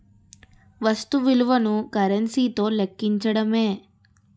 వస్తు విలువను కరెన్సీ తో లెక్కించడమే